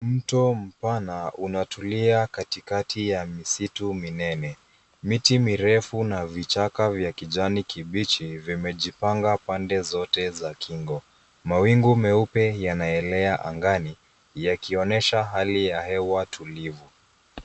Mto mpana unatulia katikati ya msitu minene. Miti mirefu na vichaka vya kijana kibichi vimejipanga pande zote za kingo. Mawingu meupe yanaelea angani yakionyesha hali ya hewa tulivu.